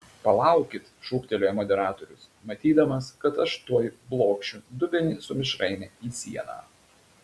palaukit šūktelėjo moderatorius matydamas kad aš tuoj blokšiu dubenį su mišraine į sieną